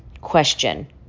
question